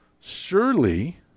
Surely